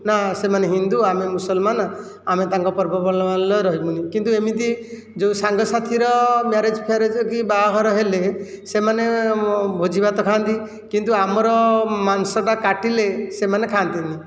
ନା ସେମାନେ ହିନ୍ଦୁ ଆମେ ମୁସଲମାନ ଆମେ ତାଙ୍କ ପର୍ବପର୍ବାଣିରେ ରହିବୁନି କିନ୍ତୁ ଏମିତି ଯେଉଁ ସାଙ୍ଗସାଥିର ମ୍ୟାରେଜ ଫ୍ୟାରେଜ କି ବାହାଘର ହେଲେ ସେମାନେ ଭୋଜିଭାତ ଖାଆନ୍ତି କିନ୍ତୁ ଆମର ମାଂସଟା କାଟିଲେ ସେମାନେ ଖାଆନ୍ତିନି